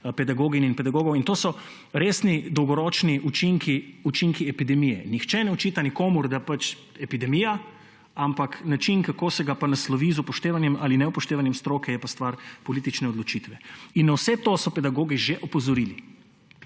pedagoginj in pedagogov. In to so resni dolgoročni učinki epidemije. Nihče ne očita nikomur epidemije, ampak način, kako se ga pa naslovi z upoštevanjem ali neupoštevanjem stroke, je pa stvar politične odločitve. In na vse to so pedagogi že opozorili.